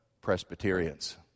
Presbyterians